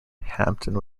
hampton